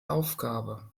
aufgabe